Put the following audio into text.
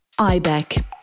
IBEC